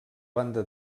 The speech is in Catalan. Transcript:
banda